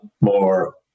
more